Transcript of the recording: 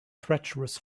treacherous